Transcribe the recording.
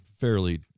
fairly